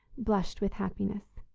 blushed with happiness.